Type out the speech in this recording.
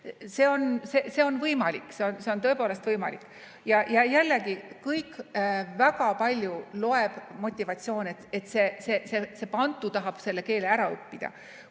See on võimalik, see on tõepoolest võimalik. Ja jällegi, väga palju loeb motivatsioon, et see bantu tahab selle keele ära õppida.